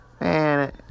Man